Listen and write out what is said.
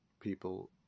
people